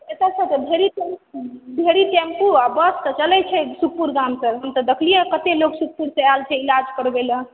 एतय सॅं तऽ ढेरी टेम्पू आ बस तऽ चलै छै सुखपुर गामके हम तऽ देखलियैया कतेक लोक सुखपुर सॅं आयल छलै इलाज करबै लए